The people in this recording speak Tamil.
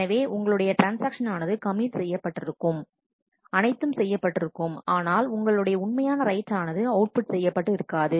எனவே உங்களுடைய ட்ரான்ஸ்ஆக்ஷன் ஆனது கமிட் செய்யப்பட்டிருக்கும் அனைத்தும் செய்யப்பட்டிருக்கும் ஆனால் உங்களுடைய உண்மையான ரைட் ஆனது அவுட் புட் செய்யப்பட்டு இருக்காது